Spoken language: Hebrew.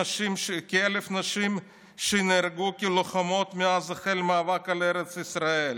כ-1,000 נשים שנהרגו כלוחמות מאז החל המאבק על ארץ ישראל.